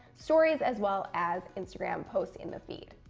stories as well as instagram posts in the feed.